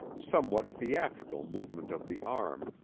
somewhat theatrical movement of the arm,